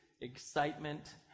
excitement